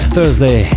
Thursday